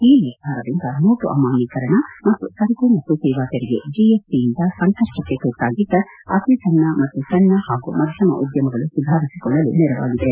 ಈ ನಿರ್ಧಾರದಿಂದ ನೋಟು ಅಮಾನ್ಯೀಕರಣ ಮತ್ತು ಸರಕು ಮತ್ತು ಸೇವಾ ತೇರಿಗೆ ಜಿಎಸ್ ಟಿಯಿಂದ ಸಂಕಪ್ಪಕ್ಕೆ ತುತ್ತಾಗಿದ್ದ ಅತಿ ಸಣ್ಣ ಮತ್ತು ಸಣ್ಣ ಹಾಗೂ ಮಧ್ಯಮ ಉದ್ಯಮಗಳು ಸುಧಾರಿಸಿಕೊಳ್ಳಲು ನೆರವಾಗಿದೆ